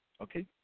okay